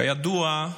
כידוע,